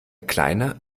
kleine